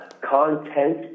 content